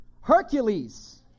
Hercules